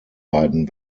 beiden